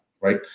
Right